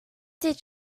did